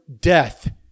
death